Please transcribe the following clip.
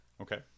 Okay